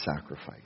sacrifice